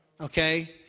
Okay